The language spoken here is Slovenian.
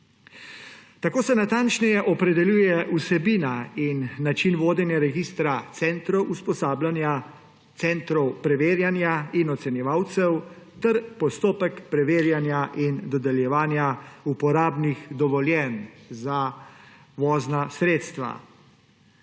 Tako se natančneje opredeljuje vsebina in način vodenja registra centrov usposabljanja, centrov preverjanja in ocenjevalcev ter postopek preverjanja in dodeljevanja uporabnih dovoljenj za vozna sredstva.